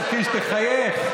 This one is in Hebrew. קיש, תחייך.